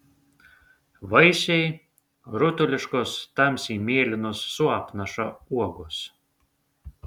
vaisiai rutuliškos tamsiai mėlynos su apnaša uogos